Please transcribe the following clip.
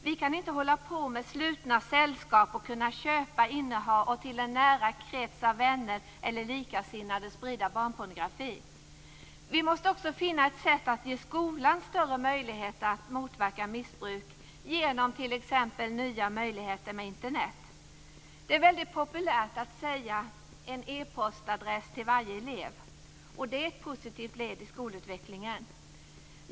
Vi kan inte hålla på med slutna sällskap och kunna köpa, inneha och till en nära krets av vänner eller likasinnade sprida barnpornografi. Vi måste också finna ett sätt att ge skolan större möjligheter att motverka missbruk, t.ex. genom nya möjligheter med Internet. Det är väldigt populärt att tala om en "epostadress till varje elev". Det är ett positivt led i skolutvecklingen.